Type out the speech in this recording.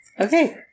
Okay